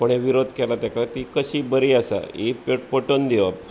कोणे विरोध केलो तेका ती कशी बरी आसा हे पटोन दिवप